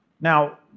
Now